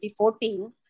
2014